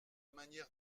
manière